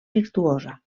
virtuosa